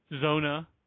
Zona